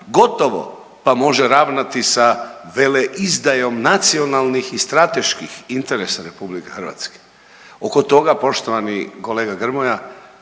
gotovo pa može ravnati sa veleizdajom nacionalnih i strateških interesa Republike Hrvatske. Oko toga poštovani kolega Grmoja